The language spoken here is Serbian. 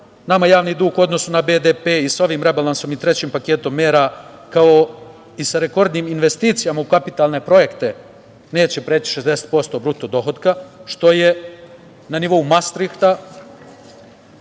Nama javni dug u odnosu na BDP i sa ovim rebalansom i sa trećim paketom mera, kao i sa rekordnim investicijama u kapitalne projekte neće preći 60% BDP, što je na nivou mastrihta,